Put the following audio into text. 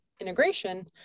integration